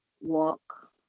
walk